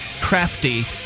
crafty